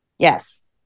Yes